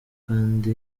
kandi